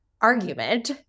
argument